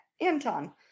Anton